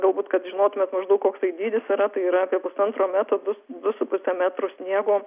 galbūt kad žinotumėt maždaug koks tai dydis yra tai yra apie pusantro metro dus du su puse metrų sniego